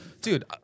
dude